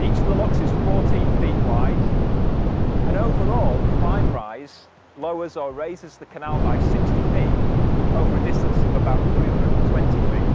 each of the locks is fourteen feet wide and over all the five rise lowers or raises the canal by sixty feet over a distance of about three hundred and twenty feet